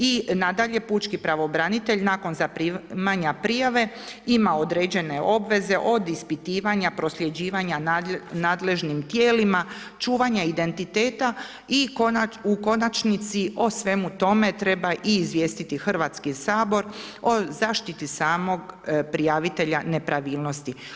I nadalje, pučki pravobranitelj nakon zaprimanja prijave ima određene obveze od ispitivanja, prosljeđivanja nadležnim tijelima, čuvanja identiteta i u konačnici o svemu tome treba i izvijestiti Hrvatski sabor o zaštiti samog prijavitelja nepravilnosti.